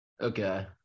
Okay